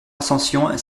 ascension